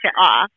off